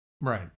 Right